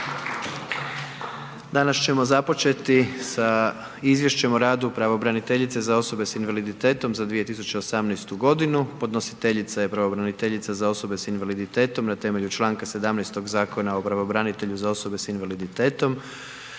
Danas ćemo započeti sa izvješćem o radu pravobraniteljice za osobe s invaliditetom za 2018. godinu, podnositeljica je pravobraniteljica za osobe s invaliditetom na temelju Članka 17. Zakona o pravobranitelju za osobe s invaliditetom.